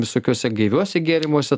visokiuose gaiviuose gėrimuose